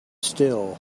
still